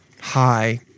Hi